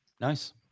Nice